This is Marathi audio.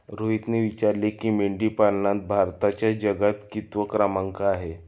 रोहितने विचारले की, मेंढीपालनात भारताचा जगात कितवा क्रमांक आहे?